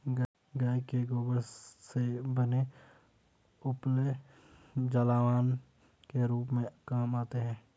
गाय के गोबर से बने उपले जलावन के रूप में काम आते हैं